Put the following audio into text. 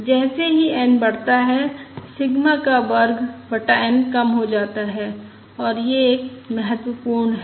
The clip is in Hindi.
जैसे ही n बढ़ता है सिग्मा का वर्ग बटा N कम हो जाता है और यह एक महत्वपूर्ण है